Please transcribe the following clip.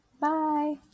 Bye